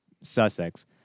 Sussex